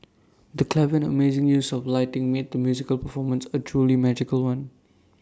the clever and amazing use of lighting made the musical performance A truly magical one